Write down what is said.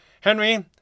Henry